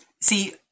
See